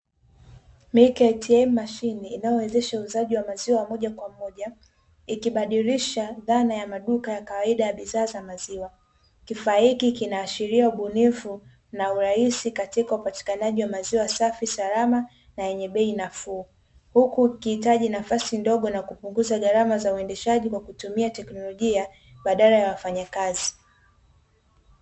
(Milk ATM) mashine inayoweshesha uuzaji wa maziwa wa moja kwa moja, ikibadilisha dhana ya maduka ya kawaida ya bidhaa za maziwa. Kifaa hiki kinaashiria ubunifu na urahisi katika upatikanaji wa maziwa safi salama na yenye bei nafuu huku kikihitaji nafasi ndogo na kupunguza gharama za uendeshaji kwa kutumia teknolojia baadala ya wafanyakazi.